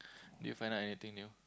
did you find out anything new